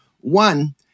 One